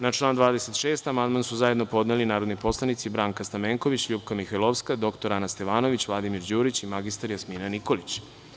Na član 26. amandman su zajedno podneli narodni poslanici Branka Stamenković, LJupka Mihajlovska, dr Ana Stevanović, Vladimir Đurić i mr Jasmina Nikolić.